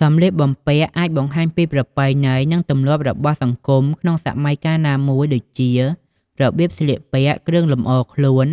សម្លៀកបំពាក់អាចបង្ហាញពីប្រពៃណី និងទម្លាប់របស់សង្គមក្នុងសម័យកាលណាមួយដូចជា របៀបស្លៀកពាក់ គ្រឿងលម្អខ្លួន